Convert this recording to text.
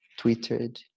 tweeted